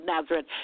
Nazareth